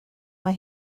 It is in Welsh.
mae